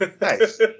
Nice